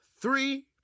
three